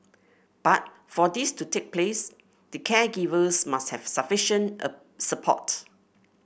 but for this to take place the caregivers must have sufficient a support